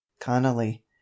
connolly